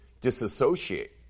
disassociate